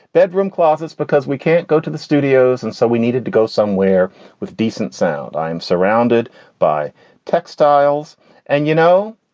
bedroom closets, because we can't go to the studios, and so we needed to go somewhere with decent sound. i'm surrounded by textiles and you know,